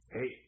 Hey